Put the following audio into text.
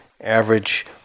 Average